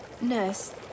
Nurse